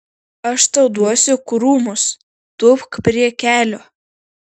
aš tau duosiu krūmus tūpk prie kelio